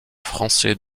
français